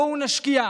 בואו נשקיע,